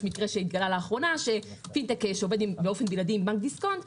יש מקרה שהתגלה לאחרונה שפינטק שעובד באופן בלעדי עם בנק דיסקונט,